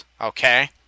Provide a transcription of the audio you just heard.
Okay